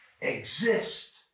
exist